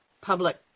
public